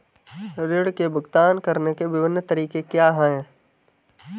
ऋृण के भुगतान करने के विभिन्न तरीके क्या हैं?